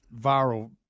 viral